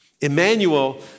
Emmanuel